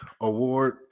award